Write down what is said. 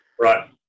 Right